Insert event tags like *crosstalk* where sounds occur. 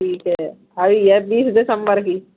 ठीक है *unintelligible* दिसम्बर भी